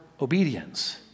obedience